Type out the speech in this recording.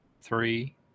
three